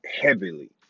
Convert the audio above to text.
heavily